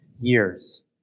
years